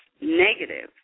negative